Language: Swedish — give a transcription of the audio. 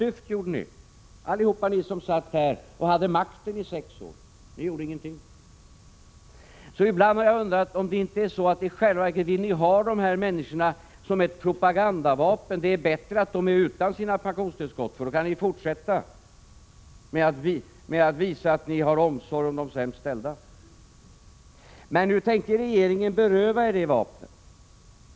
Ingen av er alla som sitter här och hade makten i sex år gjorde någonting! Ibland har jag undrat om det inte är så att ni i själva verket vill ha dessa människor som ett propagandavapen; det är bättre att de är utan sina pensionstillskott, för då kan ni fortsätta att visa att ni hyser omsorg om de sämst ställda. Men nu tänker regeringen beröva er det vapnet.